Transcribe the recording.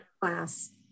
class